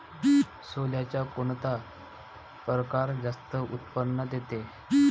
सोल्याचा कोनता परकार जास्त उत्पन्न देते?